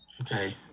okay